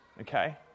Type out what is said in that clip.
Okay